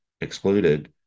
excluded